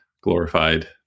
glorified